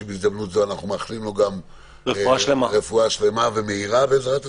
שבהזדמנות זו אנחנו מאחלים לו רפואה שלמה ומהירה בעזרת השם.